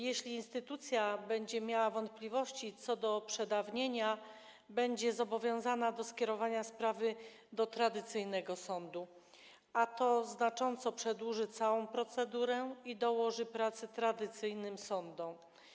Jeśli instytucja będzie miała wątpliwości co do przedawnienia, będzie zobowiązana do skierowania sprawy do tradycyjnego sądu, a to znacząco przedłuży całą procedurę i dołoży pracy tradycyjnym sądom.